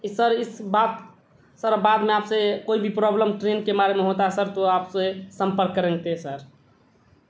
سر اس بات سر بعد میں آپ سے کوئی بھی پرابلم ٹرین کے بارے میں ہوتا ہے سر تو آپ سے سمپرک کریں گے سر